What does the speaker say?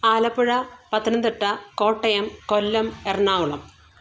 Alappuzha Pathanamthitta Kottayam Kollam Ernakulam